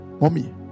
mommy